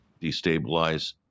destabilize